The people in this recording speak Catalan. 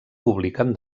publiquen